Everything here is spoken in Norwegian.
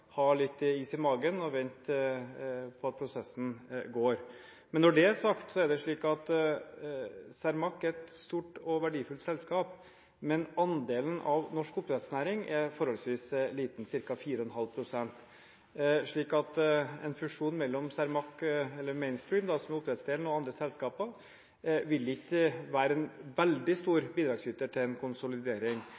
ha litt is i magen og vente på at prosessen går. Når det er sagt; Cermaq er et stort og verdifullt selskap, men andelen av norsk oppdrettsnæring er forholdsvis liten – ca. 4,5 pst. Så en fusjon mellom Mainstream, som er oppdrettsdelen, og andre selskaper, vil ikke være en veldig stor